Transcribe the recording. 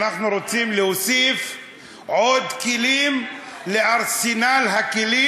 אנחנו רוצים להוסיף עוד כלים לארסנל הכלים